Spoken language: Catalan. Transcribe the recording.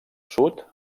sud